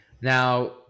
now